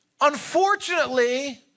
unfortunately